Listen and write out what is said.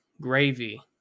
gravy